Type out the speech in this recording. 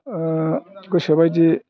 गोसोबायदि